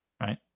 Right